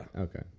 Okay